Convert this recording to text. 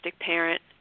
parent